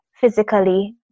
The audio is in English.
physically